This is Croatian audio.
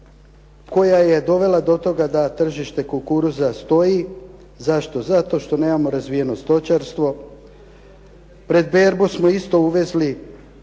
koja je dovela do toga da tržište kukuruza stoji. Zašto? Zato što nemamo razvijeno stočarstvo. Pred berbu smo isto uvezli